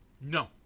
No